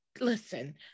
listen